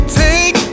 take